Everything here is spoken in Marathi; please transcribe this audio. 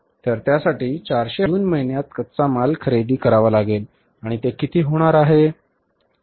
तर त्यासाठी 400 हजारांचा जून महिन्यात कच्चा माल खरेदी करावा लागेल आणि ते किती होणार आहे